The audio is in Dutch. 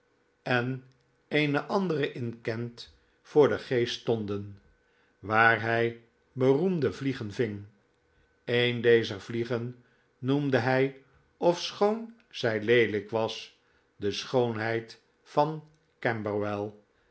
en eene andere in kent voor den geest stonden waar hij beroemde vliegen ving eene dezer vliegen noemde hij ofschoon zij leelijk was de schoonheid van camberwelf